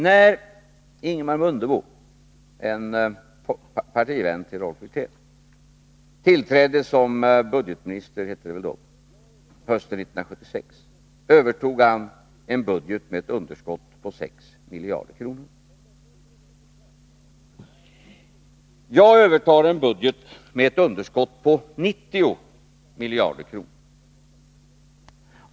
När Ingemar Mundebo, en partivän till Rolf Wirtén, tillträdde som budgetminister hösten 1976 övertog han en budget med ett underskott på 6 miljarder kronor. Jag övertar en budget med ett underskott på 90 miljarder kronor.